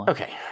Okay